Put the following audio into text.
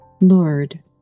Lord